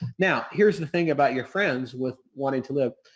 now, here's the thing about your friends with wanting to live.